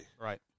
Right